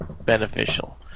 beneficial